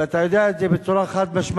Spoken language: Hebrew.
ואתה יודע את זה בצורה חד-משמעית.